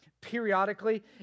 periodically